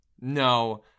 No